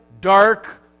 dark